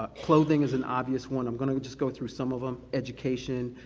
ah clothing is an obvious one, i'm gonna just go through some of them, education,